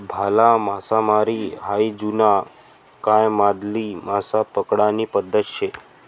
भाला मासामारी हायी जुना कायमाधली मासा पकडानी पद्धत शे